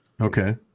Okay